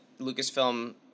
lucasfilm